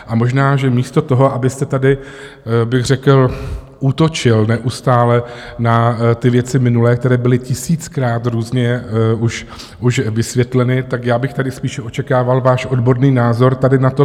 A možná, že místo toho, abyste tady bych řekl útočil neustále na ty věci minulé, které byly tisíckrát různě už vysvětleny, tak já bych tady spíše očekával váš odborný názor tady na toto.